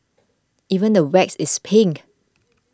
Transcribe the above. even the wax is pink